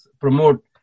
promote